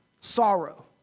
sorrow